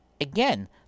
again